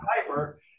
hyper